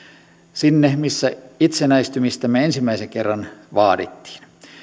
sinne missä itsenäistymistämme ensimmäisen kerran vaadittiin